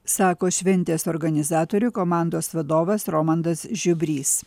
sako šventės organizatorių komandos vadovas romandas žiubrys